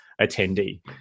attendee